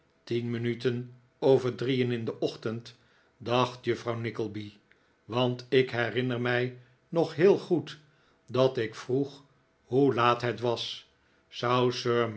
tien minuten over drieen in den ochtend dacht juffrouw nickleby want ik herinner mij nog heel goed dat ik vroeg hoe laat het was